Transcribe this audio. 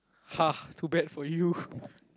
ha too bad for you